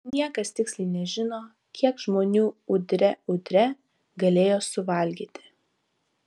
niekas tiksliai nežino kiek žmonių udre udre galėjo suvalgyti